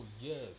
yes